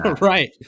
right